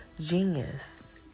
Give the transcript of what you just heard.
genius